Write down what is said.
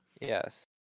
Yes